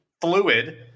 fluid